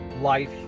life